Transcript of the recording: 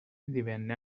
divenne